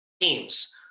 teams